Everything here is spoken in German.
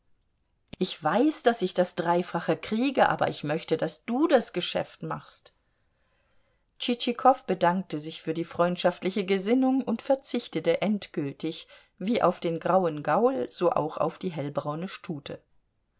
ich weiß daß ich das dreifache kriege aber ich möchte daß du das geschäft machst tschitschikow bedankte sich für die freundschaftliche gesinnung und verzichtete endgültig wie auf den grauen gaul so auch auf die hellbraune stute